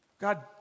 God